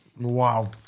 Wow